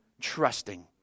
Trusting